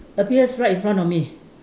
appears right in front of me